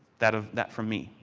that ah that from me.